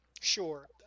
Sure